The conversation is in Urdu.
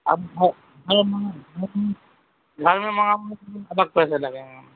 اب بھائی گھر میں منگاؤ گے تو پھر الگ پیسے لگیں گے